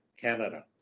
Canada